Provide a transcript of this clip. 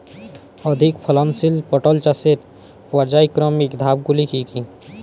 অধিক ফলনশীল পটল চাষের পর্যায়ক্রমিক ধাপগুলি কি কি?